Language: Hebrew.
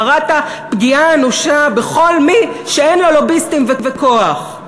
זרעת פגיעה אנושה בכל מי שאין לו לוביסטים וכוח.